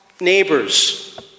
neighbors